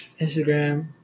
instagram